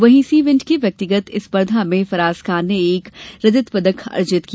वहीं इसी इवेन्ट की व्यक्तिगत स्पर्धा में फराज खान ने एक रजत पदक अर्जित किया